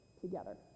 together